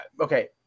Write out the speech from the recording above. okay